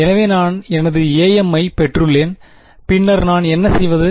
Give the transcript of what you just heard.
எனவே நான் எனது am ஐப் பெற்றுள்ளேன் பின்னர் நான் என்ன செய்வது